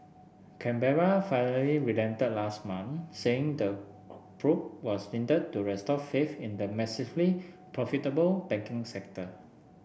Canberra finally relented last month saying the probe was needed to restore faith in the massively profitable banking sector